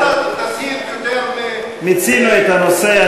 אל תסית יותר, מיצינו את הנושא.